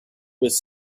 was